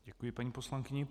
Děkuji paní poslankyni.